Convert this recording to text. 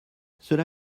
cela